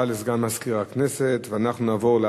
לפיכך,